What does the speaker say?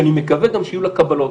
שאני מקווה גם שיהיו לה קבלות.